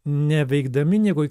neveikdami nieko